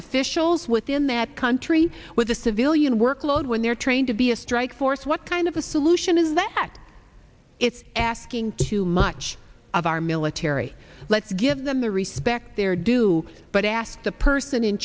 officials within that country with a civilian workload when they're trained to be a strike force what kind of a solution is that it's asking too much of our military let's give them the respect their due but ask the person in